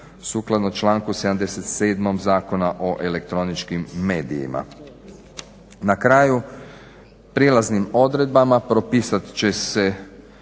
Sukladno članku 77. Zakona o elektroničkim medijima. Na kraju prijelaznim odredbama propisat će se